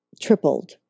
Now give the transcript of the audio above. tripled